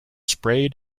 sprayed